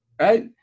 Right